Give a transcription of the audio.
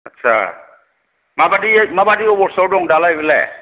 आत्सा माबादि माबादि अबस्थायाव दं दालाइ बिलाइ